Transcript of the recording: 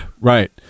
right